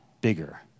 bigger